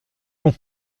bon